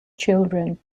children